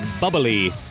bubbly